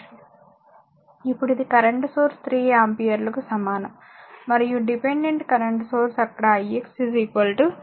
ఇప్పుడు ఇది current source 3 ఆంపియర్లకు సమానం మరియు డిపెండెంట్ కరెంట్ సోర్స్ అక్కడ ix 3 is